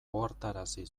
ohartarazi